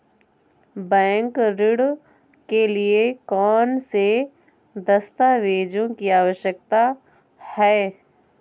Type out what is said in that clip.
Bank ऋण के लिए कौन से दस्तावेजों की आवश्यकता है?